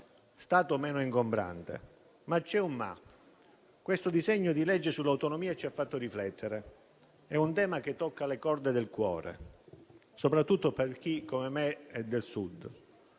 Stato meno ingombrante, ma c'è un "ma"; questo disegno di legge sull'autonomia ci ha fatto riflettere, è un tema che tocca le corde del cuore, soprattutto per chi come me è del Sud.